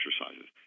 exercises